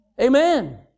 Amen